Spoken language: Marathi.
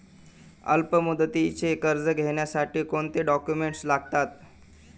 अल्पमुदतीचे कर्ज घेण्यासाठी कोणते डॉक्युमेंट्स लागतात?